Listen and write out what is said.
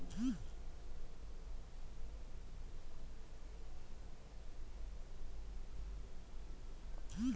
Brazil, Vietnam, Indonesia, Colombia ವಿಶ್ವದಲ್ಲಿ ಅತಿ ಹೆಚ್ಚು ಕಾಫಿ ಬೆಳೆಯೂ ದೇಶಗಳಾಗಿವೆ